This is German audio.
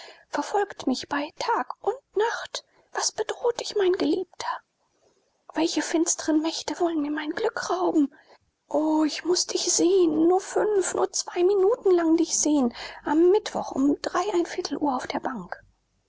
verfolgt mich bei tag und nacht was bedroht dich mein geliebter welche finstren mächte wollen mir mein glück rauben o ich muß dich sehen nur fünf nur zwei minuten lang dich sehen am mittwoch um uhr auf der bank